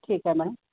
ठीक आहे मॅडम